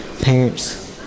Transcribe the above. parents